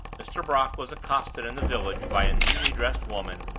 mr. brock was accosted in the village by a neatly dressed woman,